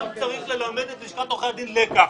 גם צריך ללמד את לשכת עורכי הדין לקח.